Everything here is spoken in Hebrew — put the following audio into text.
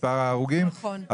מספר ההרוגים,